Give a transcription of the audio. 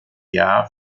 jahr